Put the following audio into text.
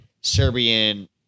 Serbian